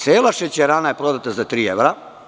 Cela šećerana je prodata za tri evra.